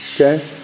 Okay